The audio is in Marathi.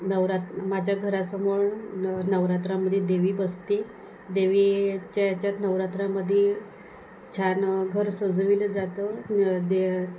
नवरात्र माझ्या घरामोर नवरात्रामध्ये देवी बसते देवीच्या याच्यात नवरात्रामध्ये छान घर सजवलं जातं दे